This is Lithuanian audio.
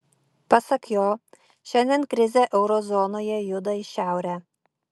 pasak jo šiandien krizė euro zonoje juda į šiaurę